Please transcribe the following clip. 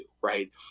Right